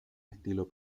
estilo